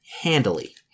Handily